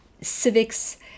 civics